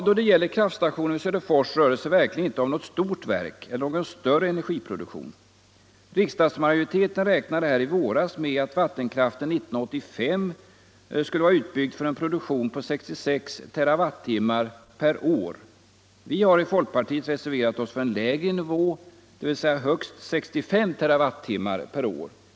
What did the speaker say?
Då det gäller kraftstationen vid Söderfors rör det sig inte heller om något stort verk eller någon större energiproduktion. Riksdagsmajoriteten räknade i våras med att vattenkraften 1985 skall vara utbyggd för en total produktion på 66 TWh per år. Vi har i folkpartiet reserverat oss för en lägre nivå, högst 65 TWh per år.